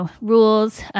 rules